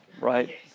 right